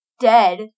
dead